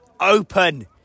Open